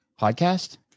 Podcast